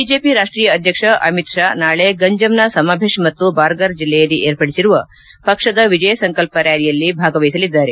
BJP ರಾಷ್ಟೀಯ ಅಧ್ವಕ್ಷ ಅಮಿತ್ ಷಾ ನಾಳೆ ಗಂಜಮ್ನ ಸಮಬೆಶ್ ಪಾಗೂ ಬಾರ್ಗರ್ ಜಿಲ್ಲೆಯಲ್ಲಿ ಏರ್ಪಡಿಸಿರುವ ಪಕ್ಷದ ವಿಜಯ ಸಂಕಲ್ಪ ರ್ಕಾಲಿಯಲ್ಲಿ ಭಾಗವಹಿಸಲಿದ್ದಾರೆ